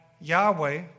Yahweh